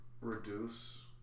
reduce